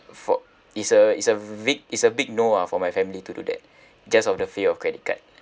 for it's a it's a vic~ it's a big no ah for my family to do that just of the fear of credit card